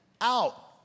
out